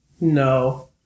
No